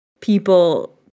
People